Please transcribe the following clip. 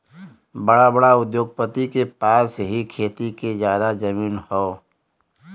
बड़ा बड़ा उद्योगपति के पास ही खेती के जादा जमीन हौ